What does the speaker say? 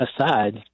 aside